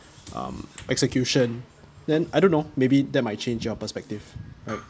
um execution then I don't know maybe that might change your perspective right